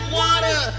water